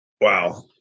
Wow